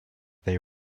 they